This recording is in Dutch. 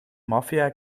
maffia